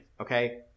okay